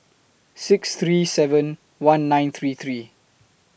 six three seven one nine three three